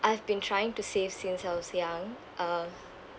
I have been trying to save since I was young uh